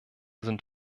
sind